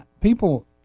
people